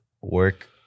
work